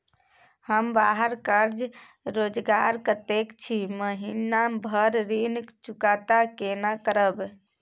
हम बाहर काज रोजगार करैत छी, महीना भर ऋण चुकता केना करब?